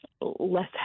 less